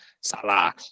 Salah